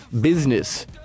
Business